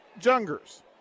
Jungers